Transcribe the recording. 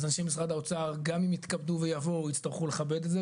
אז אנשים ממשרד האוצר גם יתכבדו ויבואו ויצטרכו לכבד את זה.